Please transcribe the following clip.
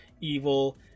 evil